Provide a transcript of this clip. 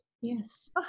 Yes